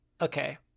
okay